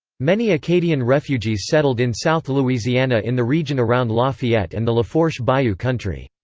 many acadian refugees settled in south louisiana in the region around lafayette and the lafourche bayou country.